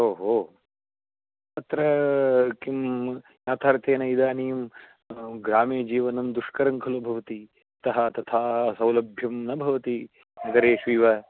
ओ हो अत्र किं यथार्थेन इदानीं ग्रामे जीवनं दुष्करं खलु भवति अथः तथा सौलभ्यं न भवति नगरेषु इव